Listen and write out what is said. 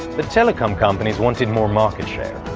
the telecom companies wanted more market share,